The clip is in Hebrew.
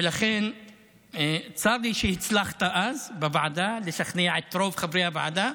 ולכן צר לי שהצלחת אז בוועדה לשכנע את רוב חברי הוועדה,